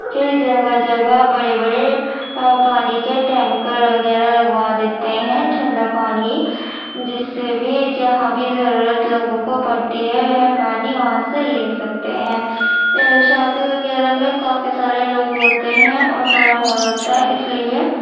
کہ جگہ جگہ بڑے بڑے پانی کے ٹینکر وغیرہ لگوا دیتے ہیں ٹھنڈا پانی جس سے بھی جہاں بھی ضرورت لوگوں کو پڑتی ہے وہ پانی وہاں سے لے سکتے ہیں شادی وغیرہ میں کافی سارے لوگ ہوتے ہیں اور بڑا ہال ہوتا ہے اس لیے